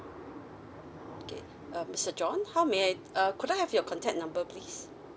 okay uh mister john how may I err could I have your contact number please